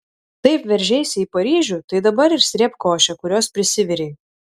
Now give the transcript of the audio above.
taip veržeisi į paryžių tai dabar ir srėbk košę kurios prisivirei